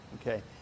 Okay